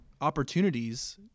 opportunities